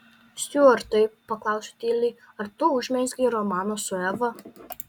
stiuartai paklausiau tyliai ar tu užmezgei romaną su eva